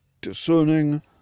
discerning